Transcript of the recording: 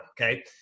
Okay